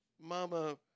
Mama